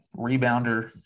rebounder